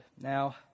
Now